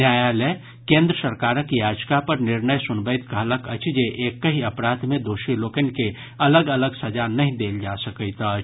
न्यायालय केन्द्र सरकारक याचिका पर निर्णय सुनबैत कहलक अछि जेएकहि अपराध मे दोषी लोकनि के अलग अलग सजा नहि देल जा सकैत अछि